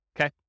Okay